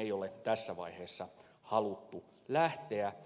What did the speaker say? ei ole tässä vaiheessa haluttu lähteä